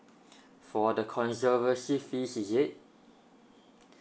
for the conservancy fees is it